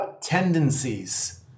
tendencies